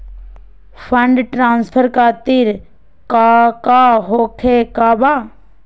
Fund transfer खातिर काका होखे का बा?